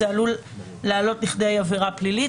זה עלול לעלות כדי עבירה פלילית.